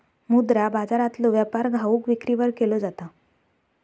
मुद्रा बाजारातलो व्यापार घाऊक विक्रीवर केलो जाता